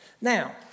Now